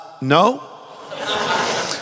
no